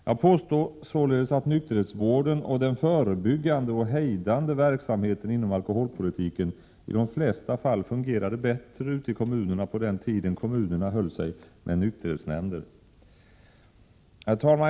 Jag påstår således att nykterhetsvården och den förebyggande och hejdande verksamheten inom alkoholpolitiken i de flesta fall fungerade bättre ute i kommunerna på den tid då kommunerna höll sig med nykterhetsnämnder. Herr talman!